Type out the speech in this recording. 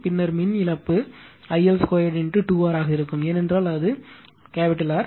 பின்னர் மின் இழப்பு I L 2 2 R ஆக இருக்கும் ஏனென்றால் இங்கே அது R இங்கே அது R